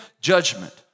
judgment